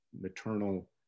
maternal